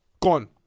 Gone